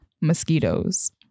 mosquitoes